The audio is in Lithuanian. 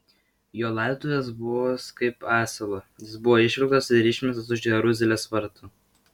jo laidotuvės bus kaip asilo jis bus išvilktas ir išmestas už jeruzalės vartų